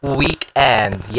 weekend